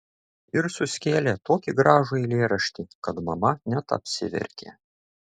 ir suskėlė tokį gražų eilėraštį kad mama net apsiverkė